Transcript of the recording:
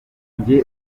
njye